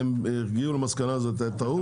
והם הגיעו למסקנה שזאת הייתה טעות וביטלו את זה.